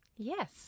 Yes